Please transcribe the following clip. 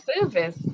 service